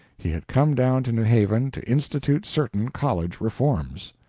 he had come down to new haven to institute certain college reforms.